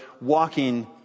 walking